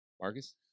Marcus